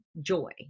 joy